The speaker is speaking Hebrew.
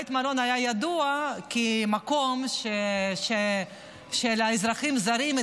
בית המלון היה ידוע כמקום של אזרחים זרים,